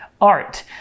art